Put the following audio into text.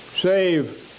save